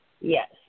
Yes